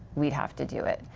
we have to do it.